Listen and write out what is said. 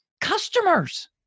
Customers